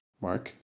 Mark